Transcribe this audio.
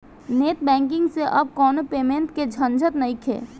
net banking से अब कवनो पेटीएम के झंझट नइखे